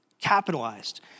capitalized